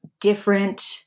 different